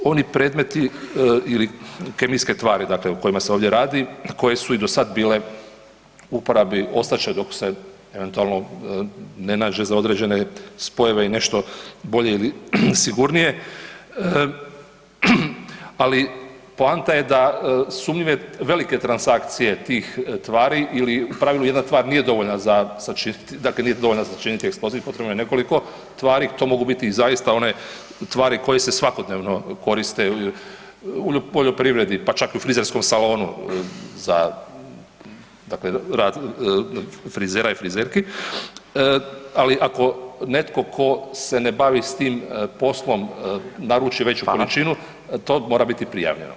Oni predmeti ili kemijske tvari dakle o kojima se ovdje radi i koje su i dosad bile u uporabi, ostat će dok se eventualno ne nađe za određene spojeve i nešto bolje i sigurnije, ali poanta je da sumnjive velike transakcije tih tvari ili u pravilu jedna tvar nije dovoljna za sačiniti, dakle nije dovoljna za sačiniti eksploziv, potrebno je nekoliko tvari, to mogu biti i zaista one tvari koje se svakodnevno koriste u poljoprivredi pa čak i u frizerskom salonu za takav rad frizera i frizerki, ali ako netko ko se ne bavi s tim poslom naruči veću količinu [[Upadica Radin: Hvala.]] to mora biti prijavljeno.